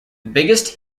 biggest